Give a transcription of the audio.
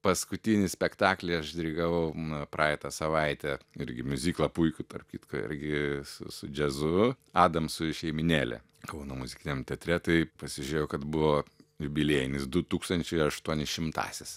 paskutinį spektaklį aš dirigavau praeitą savaitę irgi miuziklą puikų tarp kitko irgi su su džiazu adamsų šeimynėlė kauno muzikiniam teatre tai pasižiūrėjau kad buvo jubiliejinis du tūkstančiai aštuoni šimtasis